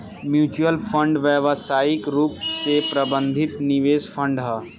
mutual fund व्यावसायिक रूप से प्रबंधित निवेश फंड ह